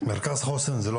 מרכז חוסן הוא לא